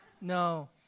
No